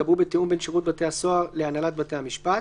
ייקבע בתיאום בין שירות בתי הסוהר להנהלת בתי המשפט,